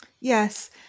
Yes